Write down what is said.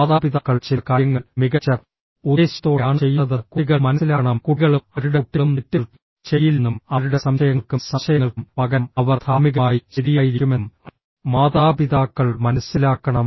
മാതാപിതാക്കൾ ചില കാര്യങ്ങൾ മികച്ച ഉദ്ദേശ്യത്തോടെയാണ് ചെയ്യുന്നതെന്ന് കുട്ടികൾ മനസ്സിലാക്കണം കുട്ടികളും അവരുടെ കുട്ടികളും തെറ്റുകൾ ചെയ്യില്ലെന്നും അവരുടെ സംശയങ്ങൾക്കും സംശയങ്ങൾക്കും പകരം അവർ ധാർമ്മികമായി ശരിയായിരിക്കുമെന്നും മാതാപിതാക്കൾ മനസ്സിലാക്കണം